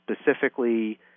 specifically